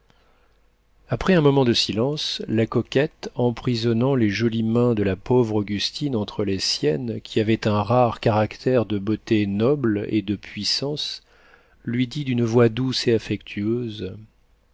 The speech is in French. après un moment de silence la coquette emprisonnant les jolies mains de la pauvre augustine entre les siennes qui avaient un rare caractère de beauté noble et de puissance lui dit d'une voix douce et affectueuse